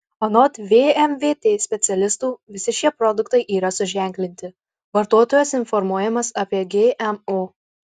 anot vmvt specialistų visi šie produktai yra suženklinti vartotojas informuojamas apie gmo